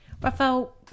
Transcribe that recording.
Rafael